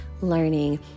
learning